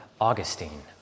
Augustine